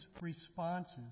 responses